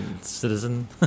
citizen